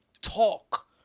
talk